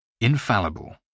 Infallible